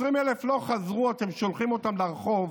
20,000 לא חזרו, ואתם שולחים אותם לרחוב